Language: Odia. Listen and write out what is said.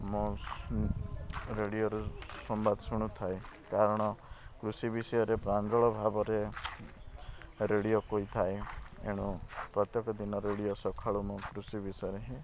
ମୁଁ ରେଡ଼ିଓରେ ସମ୍ବାଦ ଶୁଣୁଥାଏ କାରଣ କୃଷି ବିଷୟରେ ପ୍ରାଞ୍ଜଳ ଭାବରେ ରେଡ଼ିଓ କହିଥାଏ ଏଣୁ ପ୍ରତ୍ୟେକ ଦିନ ରେଡ଼ିଓ ସକାଳୁ ମୁଁ କୃଷି ବିଷୟରେ ହିଁ